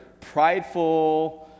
prideful